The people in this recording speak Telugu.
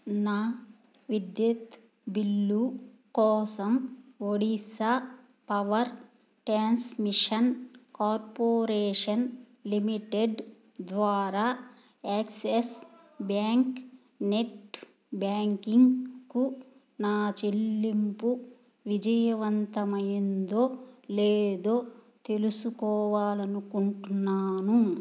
నా విద్యుత్ బిల్లు కోసం Odisha power transmission corporation limited ద్వారా యాక్సిస్ బ్యాంక్ నెట్ బ్యాంకింగ్కు నా చెల్లింపు విజయవంతమైందో లేదో తెలుసుకోవాలి అనుకుంటున్నాను